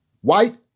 White